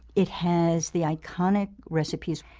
it has the iconic recipes,